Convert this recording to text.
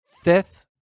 fifth